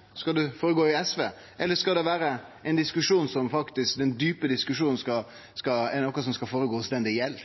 skal den gå føre seg i Kristeleg Folkeparti, skal den gå føre seg i SV, eller er den djupe diskusjonen noko som skal gå føre seg hos den det gjeld?